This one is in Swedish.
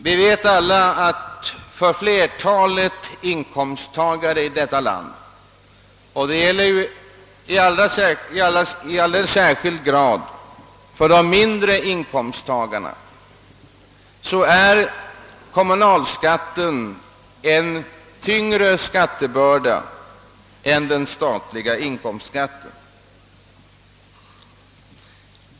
Vi vet alla att för flertalet inkomsttagare i detta land — det gäller i alldeles särskilt hög grad för de mindre inkomsttagarna är kommunalskatten en tyngre skattebörda än den statliga inkomstskatten.